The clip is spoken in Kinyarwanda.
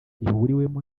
ihuriwemo